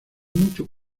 mucho